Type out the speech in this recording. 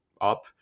up